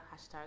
hashtag